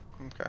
Okay